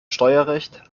steuerrecht